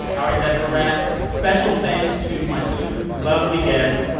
all right. that's a wrap. special thanks to my two lovely guests,